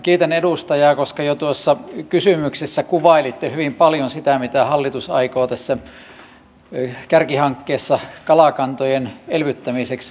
kiitän edustajaa koska jo tuossa kysymyksessä kuvailitte hyvin paljon sitä mitä hallitus aikoo tässä kärkihankkeessa kalakantojen elvyttämiseksi tehdä